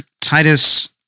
Titus